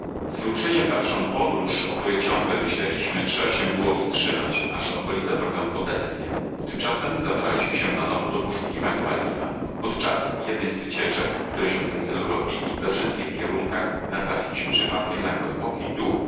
z wyruszeniem w dalszą podróż o której ciągle myśleliśmy trzeba się było wstrzymać aż okolica trochę podeschnie tymczasem zabraliśmy się na nowo do poszukiwań paliwa podczas jednej z wycieczek któreśmy w tym celu robili we wszystkich kierunkach natrafiliśmy przypadkiem na głęboki dół